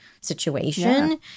situation